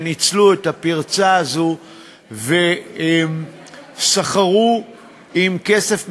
שניצלו את הפרצה הזאת וסחרו עם כסף מזומן.